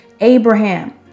Abraham